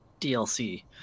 DLC